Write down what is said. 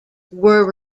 were